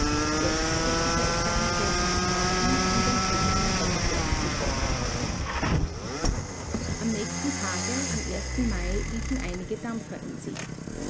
jetzt richtete es seinen kurs nach norden um den flüchtigen robbenherden zu folgen am nächsten tage am mai liefen einige dampfer in sicht